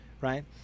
Right